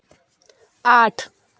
आठ